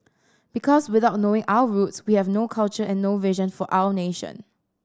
because without knowing our roots we have no culture and no vision for our nation